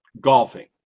golfing